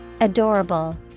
Adorable